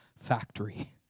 factory